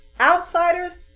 Outsiders